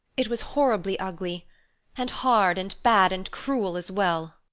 it was horribly ugly and hard and bad and cruel as well.